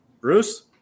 Bruce